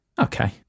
okay